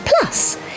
Plus